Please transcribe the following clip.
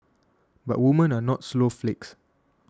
but women are not snowflakes